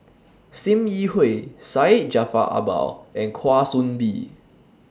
SIM Yi Hui Syed Jaafar Albar and Kwa Soon Bee